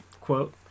quote